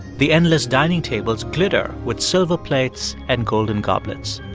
the endless dining tables glitter with silver plates and golden goblets.